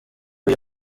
uyu